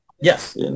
Yes